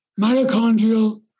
mitochondrial